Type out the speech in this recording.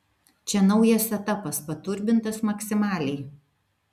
čia naujas setapas paturbintas maksimaliai